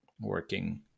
working